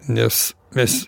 nes mes